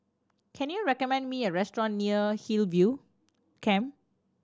can you recommend me a restaurant near Hillview Camp